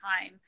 time